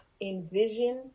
envision